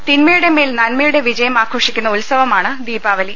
തിന്മയുടെ മേൽ നന്മയുടെ വിജയം ആഘോ ഷിക്കുന്ന ഉത്സവമാണ് ദീപാവലി